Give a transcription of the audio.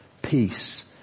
Peace